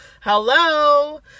Hello